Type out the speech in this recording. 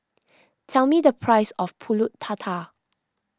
tell me the price of Pulut Tatal